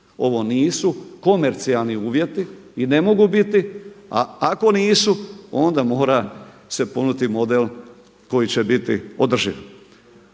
Ovo nisu komercijalni uvjeti i ne mogu biti, a ako nisu onda mora se ponuditi model koji će biti održiv.